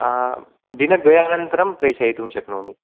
दिनद्वयानन्तरं प्रेषयितुं शक्नोमि